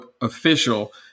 official